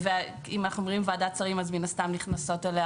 אם אנחנו אומרים ועדת שרים אז מן הסתם נכנסות אליה